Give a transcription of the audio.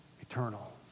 eternal